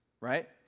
right